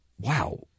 wow